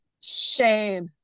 Shame